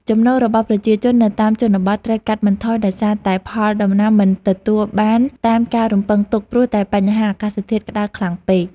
ចំណូលរបស់ប្រជាជននៅតាមជនបទត្រូវកាត់បន្ថយដោយសារតែផលដំណាំមិនទទួលបានតាមការរំពឹងទុកព្រោះតែបញ្ហា អាកាសធាតុក្តៅខ្លាំងពេក។